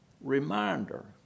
reminder